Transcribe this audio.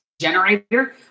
generator